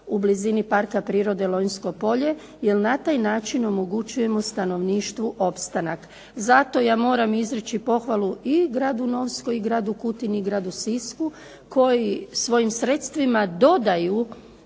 u blizini Parka prirode "Lonjsko polje" jer na taj način omogućujemo stanovništvu opstanak. Zato ja moram izreći pohvalu i gradi Novskoj i gradu Kutini, i gradu Sisku koji svojim sredstvima dodaju